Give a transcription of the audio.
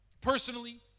Personally